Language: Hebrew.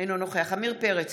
אינו נוכח עמיר פרץ,